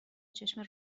چشم